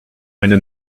eine